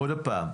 עוד הפעם,